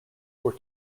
were